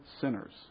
sinners